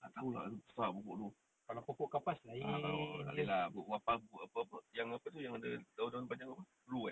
tak tahu lah besar pokok tu no okay lah pokok kapas pokok apa yang apa tu yang ada daun-daun panjang apa